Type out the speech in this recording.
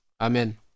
Amen